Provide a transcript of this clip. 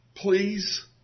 Please